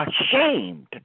ashamed